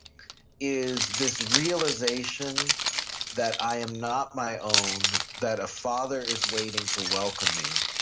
is this realization that i am not my own, that a father is waiting to welcome me.